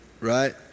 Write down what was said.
right